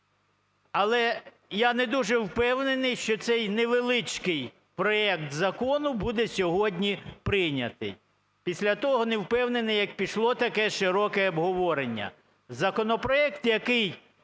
Але я не дуже впевнений, що цей невеличкий проект закону буде сьогодні прийнятий. Після того не впевнений, які пішло таке широке обговорення. Законопроект, який